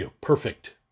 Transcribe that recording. perfect